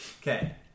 Okay